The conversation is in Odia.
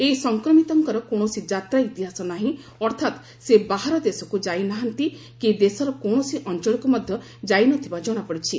ଏହି ସଂକ୍ରମିତଙ୍କର କୌଣସି ଯାତ୍ରା ଇତିହାସ ନାହି ଅର୍ଥାତ୍ ସେ ବାହାର ଦେଶକୁ ଯାଇ ନାହାନ୍ତି କି ଦେଶର କୌଶସି ଅଞ୍ଚଳକୁ ମଧ୍ଧ ଯାଇ ନ ଥିବା ଜଣାପଡ଼ିଛି